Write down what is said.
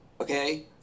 okay